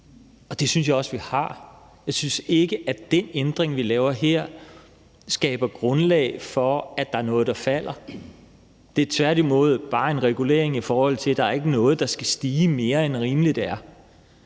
og det synes jeg også vi har. Jeg synes ikke, at den ændring, vi laver her, skaber grundlag for, at der er noget, der falder. Det er tværtimod bare en regulering, så der ikke er noget, der stiger mere, end rimeligt er,